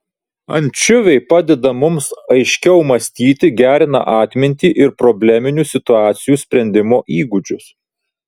ančiuviai padeda mums aiškiau mąstyti gerina atmintį ir probleminių situacijų sprendimo įgūdžius